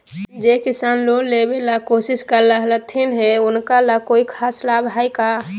जे किसान लोन लेबे ला कोसिस कर रहलथिन हे उनका ला कोई खास लाभ हइ का?